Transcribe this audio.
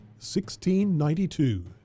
1692